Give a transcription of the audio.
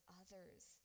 others